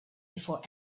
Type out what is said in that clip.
before